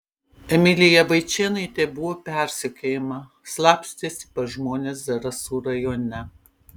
emilija vaičėnaitė buvo persekiojama slapstėsi pas žmones zarasų rajone